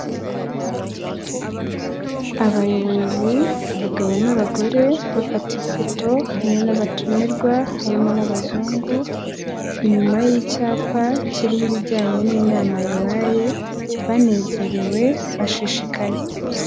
Abayobozi, abagabo n'abagore bafata ifoto hamwe n'abatumirwa harimo n'abazungu, inyuma y'icyapa kiriho ibijyanye n'inama yabaye banezerewe bashishikaye.